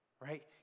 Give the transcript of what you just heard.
Right